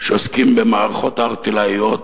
שעוסקים במערכות ערטילאיות